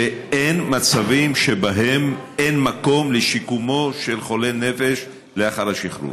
שאין מצבים שבהם אין מקום לשיקומו של חולה נפש לאחר השחרור.